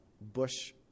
Bush